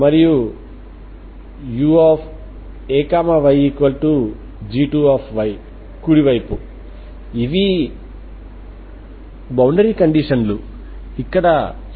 కనుక ఇది XxXxλ ఇది మీ స్పేషియల్ డొమైన్ దీని మీద మీకు బౌండరీ కండిషన్ లు ఉన్నాయి